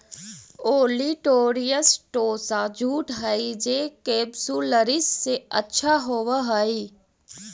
olitorius tossa jute हई जे capsularis से अच्छा होवऽ हई